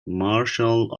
martial